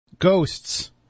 Ghosts